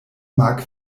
mark